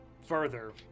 further